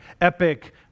epic